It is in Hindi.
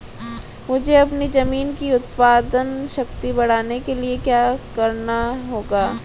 मुझे अपनी ज़मीन की उत्पादन शक्ति बढ़ाने के लिए क्या करना होगा?